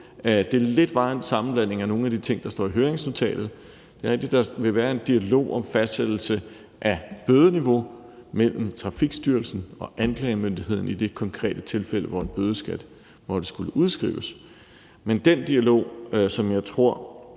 dialogen lidt var en sammenblanding af nogle af de ting, der står i høringsnotatet. Det er, at der vil være en dialog om fastsættelse af bødeniveau mellem Trafikstyrelsen og anklagemyndigheden i det konkrete tilfælde, hvor en bøde måtte skulle udskrives. Men den dialog, som jeg tror